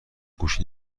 گوش